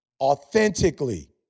authentically